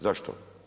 Zašto?